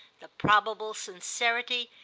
the probable sincerity,